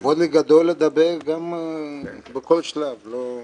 זה כבוד גדול בשבילי לדבר בכל שלב, זה לא רלוונטי.